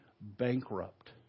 bankrupt